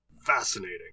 Fascinating